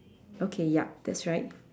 okay yup that's right